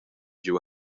giu